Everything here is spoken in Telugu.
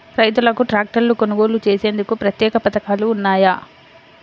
రైతులకు ట్రాక్టర్లు కొనుగోలు చేసేందుకు ప్రత్యేక పథకాలు ఉన్నాయా?